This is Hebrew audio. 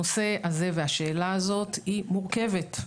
הנושא הזה והשאלה הזאת הם מורכבים.